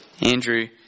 Andrew